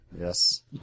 Yes